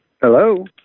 Hello